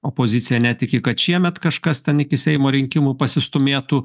opozicija netiki kad šiemet kažkas ten iki seimo rinkimų pasistūmėtų